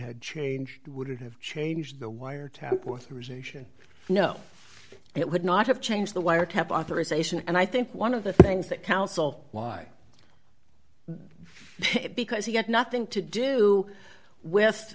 had changed would have changed the wiretap workers asian no it would not have changed the wiretap authorization and i think one of the things that counsel why because he had nothing to do with